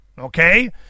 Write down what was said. Okay